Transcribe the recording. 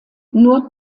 nur